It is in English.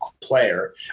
player